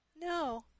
No